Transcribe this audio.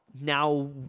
Now